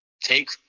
take